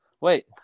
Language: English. Wait